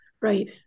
Right